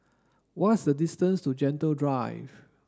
what is the distance to Gentle Drive